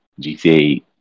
GTA